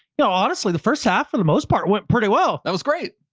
you know honestly the first half of the most part went pretty well. that was great.